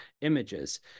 images